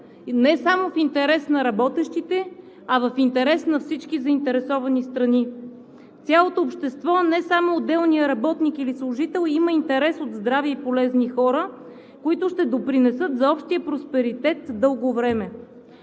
не само в интерес на работещите, а в интерес на всички заинтересовани страни. Цялото общество, не само отделният работник или служител, има интерес от здрави и полезни хора, които ще допринесат за общия просперитет дълго време.